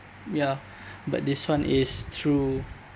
ya but this one is through